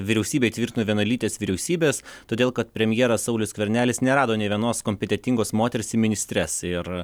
vyriausybė įtvirtino vienalytes vyriausybes todėl kad premjeras saulius skvernelis nerado nė vienos kompetentingos moters į ministres ir